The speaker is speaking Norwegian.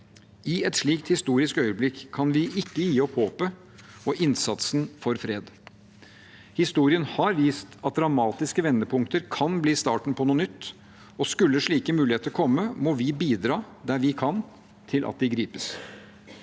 I et slikt historisk øyeblikk kan vi ikke gi opp håpet og innsatsen for fred. Historien har vist at dramatiske vendepunkter kan bli starten på noe nytt, og skulle slike muligheter komme, må vi bidra der vi kan, til at de gripes.